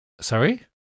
Sorry